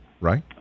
right